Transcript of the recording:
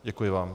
Děkuji vám.